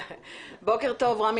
ראש